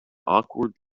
awkward